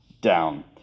down